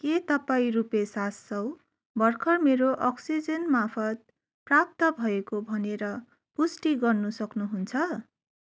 के तपाईँ रुपियाँ सात सौ भर्खर मेरो अक्सिजेनमार्फत प्राप्त भएको भनेर पुष्टि गर्न सक्नुहुन्छ